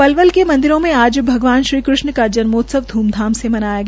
पलवल के मंदिरो में आज भगवान श्री कृष्ण जन्मोत्सव ध्मधाम से मनाया गया